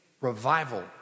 revival